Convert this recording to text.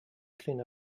clean